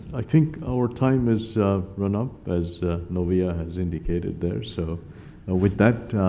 i think our time has run up, as novia has indicated there. so with that,